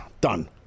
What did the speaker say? done